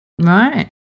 Right